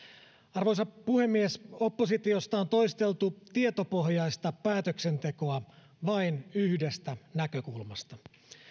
arvoisa puhemies oppositiosta on toisteltu tietopohjaista päätöksentekoa vain yhdestä näkökulmasta